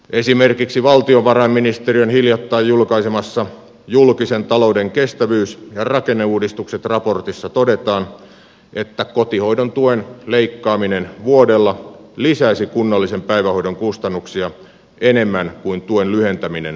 esimerkiksi valtiovarainministeriön hiljattain julkaisemassa julkisen talouden kestävyys ja rakenneuudistukset raportissa todetaan että kotihoidon tuen leikkaaminen vuodella lisäisi kunnallisen päivähoidon kustannuksia enemmän kuin tuen lyhentäminen toisi säästöjä